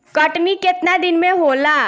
कटनी केतना दिन में होला?